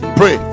pray